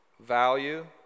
value